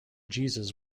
jesus